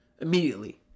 immediately